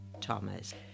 Thomas